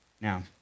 Now